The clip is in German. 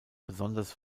besonders